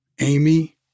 Amy